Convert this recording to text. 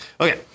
Okay